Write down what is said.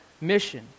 mission